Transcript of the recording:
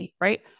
Right